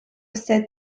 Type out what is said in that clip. said